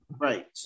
right